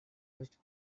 used